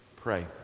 pray